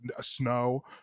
snow